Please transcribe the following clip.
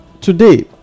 today